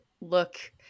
look